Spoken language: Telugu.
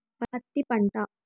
పత్తి పంట